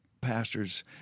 pastors